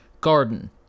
Garden